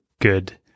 good